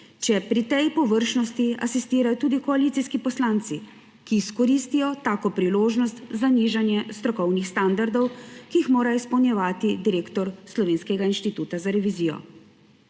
če pri tej površnosti asistirajo tudi koalicijski poslanci, ki izkoristijo tako priložnost za nižanje strokovnih standardov, ki jih mora izpolnjevati direktor Slovenskega inštituta za revizijo.